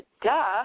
duh